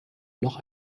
noch